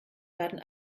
werden